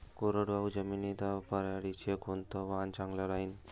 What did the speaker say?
कोरडवाहू जमीनीत पऱ्हाटीचं कोनतं वान चांगलं रायीन?